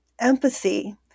empathy